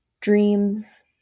Dreams